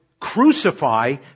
crucify